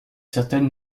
certaine